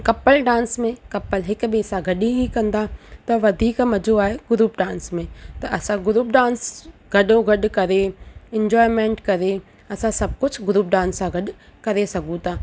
couple dance में couple हिक ॿिए सां गॾ ई कंदा त वधीक मज़ो आहे ग्रूप डांस में पर असां ग्रूप डांस गॾो गॾु करे इंजॉएमेंट करे असां सभु कुझु ग्रूप डांस सां गॾु करे सघूं था